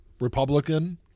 Republican